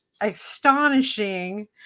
astonishing